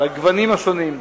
על הגוונים השונים,